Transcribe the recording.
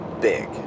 big